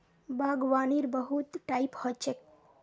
बागवानीर बहुत टाइप ह छेक